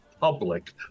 public